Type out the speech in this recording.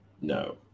No